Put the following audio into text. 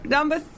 Number